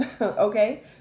Okay